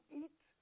eat